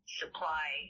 supply